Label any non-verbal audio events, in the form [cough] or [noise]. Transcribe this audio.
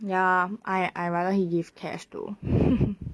ya I I rather he give cash though [laughs]